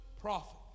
prophet